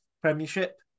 premiership